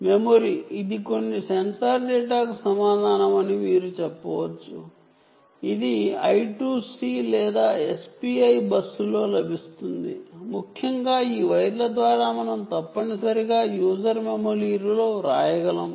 memory ఇది కొన్ని sensor డేటాకు సమానం అని మీరు చెప్పవచ్చు ఇది I2C లేదా SPI బస్సులో లభిస్తుంది ముఖ్యంగా ఈ వైర్ల ద్వారా మనం తప్పనిసరిగా యూజర్ మెమరీలో వ్రాయగలము